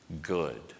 good